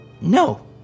no